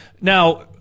now